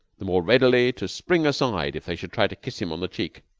the more readily to spring aside if they should try to kiss him on the cheek.